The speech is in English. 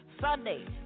Sunday